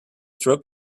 throat